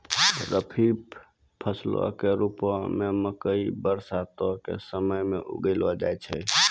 खरीफ फसलो के रुपो मे मकइ बरसातो के समय मे उगैलो जाय छै